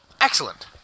Excellent